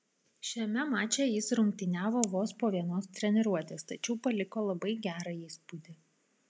šiame mače jis rungtyniavo vos po vienos treniruotės tačiau paliko labai gerą įspūdį